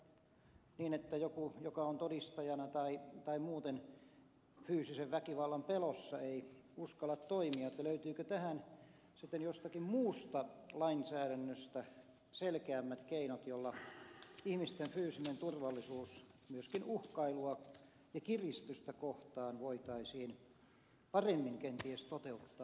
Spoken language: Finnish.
jos uhkaillaan niin että joku fyysisen väkivallan pelossa tai muuten ei uskalla toimia todistajana niin löytyykö tähän sitten jostakin muusta lainsäädännöstä selkeämmät keinot joilla ihmisten fyysinen turvallisuus myöskin uhkailua ja kiristystä kohtaan voitaisiin paremmin kenties toteuttaa